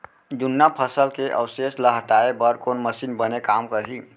जुन्ना फसल के अवशेष ला हटाए बर कोन मशीन बने काम करही?